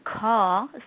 call